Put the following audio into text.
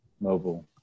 mobile